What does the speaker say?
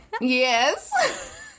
yes